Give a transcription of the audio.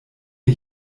mir